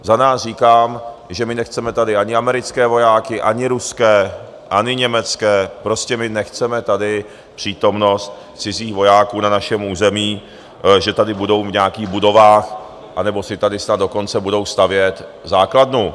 Za nás říkám, že my nechceme tady ani americké vojáky, ani ruské, ani německé, prostě my nechceme tady přítomnost cizích vojáků na našem území že tady budou v nějakých budovách, anebo si tady snad dokonce budou stavět základnu.